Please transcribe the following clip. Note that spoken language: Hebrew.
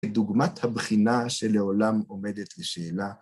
דוגמת הבחינה שלעולם עומדת לשאלה.